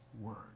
word